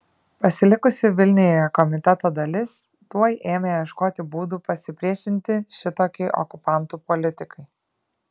pasilikusi vilniuje komiteto dalis tuoj ėmė ieškoti būdų pasipriešinti šitokiai okupantų politikai